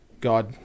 God